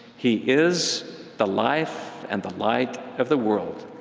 he is the life and the light of the world.